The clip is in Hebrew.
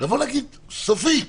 אתם צריכים להגיד סופית